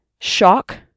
shock